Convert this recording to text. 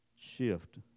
Shift